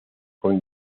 con